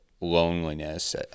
loneliness